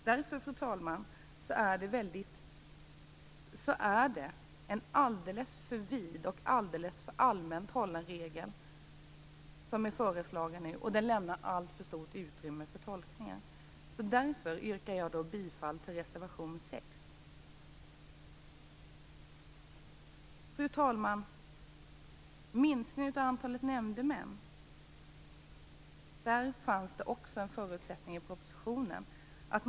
Därför, fru talman, är det en alldeles för vid och alldeles för allmänt hållen regel som nu är föreslagen. Den lämnar alltför stort utrymme för tolkningar. Därför yrkar jag bifall till reservation 6. Fru talman! I fråga om minskningen av antalet nämndemän fanns det också en förutsättning i propositionen.